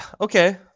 Okay